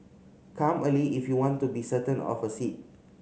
come early if you want to be certain of a seat